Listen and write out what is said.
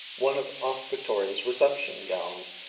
one of aunt victoria's reception gowns,